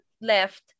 left